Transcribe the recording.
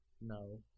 No